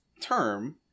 term